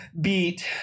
beat